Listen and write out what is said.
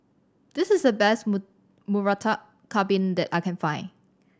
this is the best Murtabak Kambing that I can find